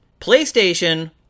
PlayStation